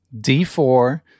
D4